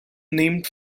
named